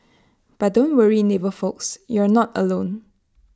but don't worry navy folks you're not alone